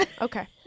Okay